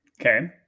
Okay